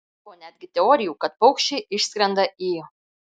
buvo netgi teorijų kad paukščiai išskrenda į